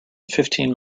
fifteen